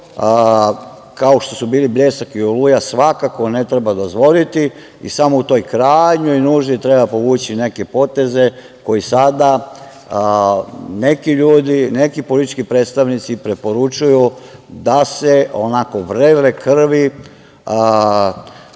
kao što su bili „Bljesak“ i „Oluja“, svakako ne treba dozvoliti i samo u toj krajnjoj nuždi treba povući neke poteze koji sada neki ljudi, neki politički predstavnici preporučuju da se onako vrele krvi